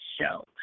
show